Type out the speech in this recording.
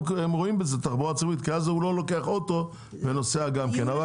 הם רואים בזה תחבורה ציבורית כי אז הוא לא לוקח אוטו ונוסע גם כן.